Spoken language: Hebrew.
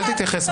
אל תתייחס.